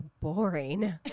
boring